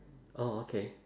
orh okay